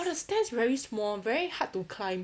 the stairs very small very hard to climb